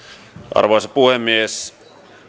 arvoisa puhemies